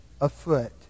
afoot